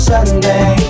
Sunday